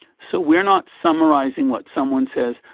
so we are not summarising what someone says,